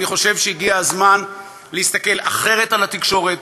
אני חושב שהגיע הזמן להסתכל אחרת על התקשורת,